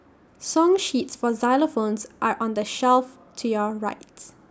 song sheets for xylophones are on the shelf to your rights